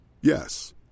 Yes